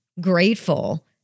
grateful